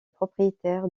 propriétaires